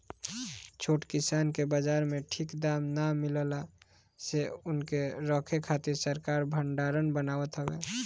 छोट किसान के बाजार में ठीक दाम ना मिलला से उनके रखे खातिर सरकार भडारण बनावत हवे